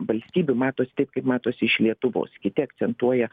valstybių matos taip kaip matosi iš lietuvos kiti akcentuoja